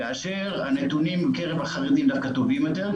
כאשר הנתונים בקרב החרדים דווקא טובים יותר,